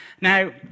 Now